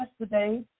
yesterday